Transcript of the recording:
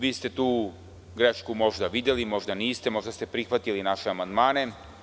Vi ste tu grešku možda videli, možda niste, možda ste prihvatili naše amandmane.